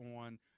on